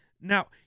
Now